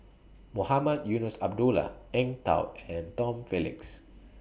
Mohamed Eunos Abdullah Eng Tow and Tom Phillips